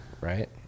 Right